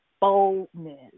boldness